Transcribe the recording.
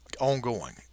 ongoing